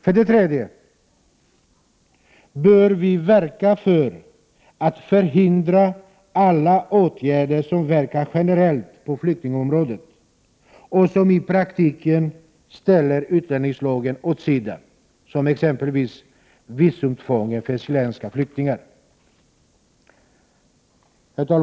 För det tredje bör vi verka för att förhindra alla åtgärder som verkar generellt på flyktingområdet och som i praktiken ställer utlänningslagen åt sidan, exempelvis visumtvånget för chilenska flyktingar.